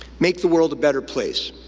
make the world a better place.